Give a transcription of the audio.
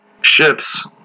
ships